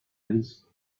vie